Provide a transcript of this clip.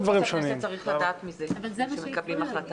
--- צריך לדעת מזה שמקבלים פה החלטה.